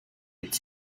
its